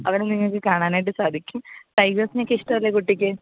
അവനെ നിങ്ങൾക്ക് കാണാനായിട്ട് സാധിക്കും ടൈഗേഴ്സിനെയൊക്കെ ഇഷ്ടമല്ലേ കുട്ടിക്ക്